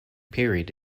period